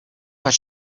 what